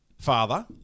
father